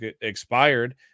expired